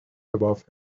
above